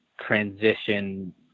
transition